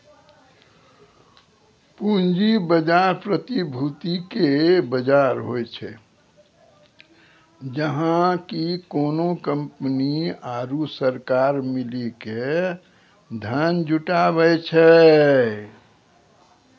पूंजी बजार, प्रतिभूति के बजार होय छै, जहाँ की कोनो कंपनी आरु सरकार मिली के धन जुटाबै छै